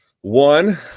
One